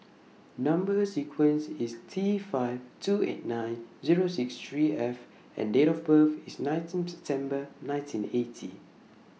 Number sequence IS T five two eight nine Zero six three F and Date of birth IS nineteen September nineteen eighty